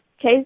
Okay